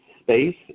space